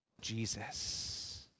Jesus